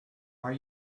are